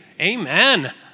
Amen